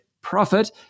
profit